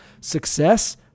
Success